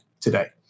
today